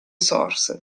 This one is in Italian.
source